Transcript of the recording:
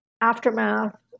aftermath